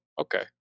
okay